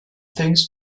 things